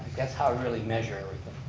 that's how i really measure everything.